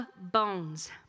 bones